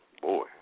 boy